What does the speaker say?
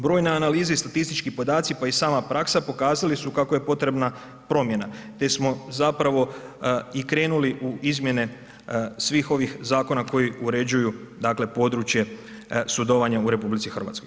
Brojne analize i statistički podaci, pa i sama praksa pokazali su kako je potrebna promjena te smo zapravo i krenuli u izmjene svih ovih zakona koji uređuju dakle područje sudovanja u RH.